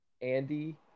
Andy